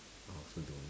I also don't know